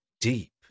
deep